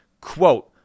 quote